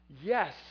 Yes